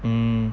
um